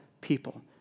people